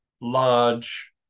large